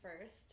first